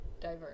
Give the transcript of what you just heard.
diverse